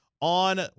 on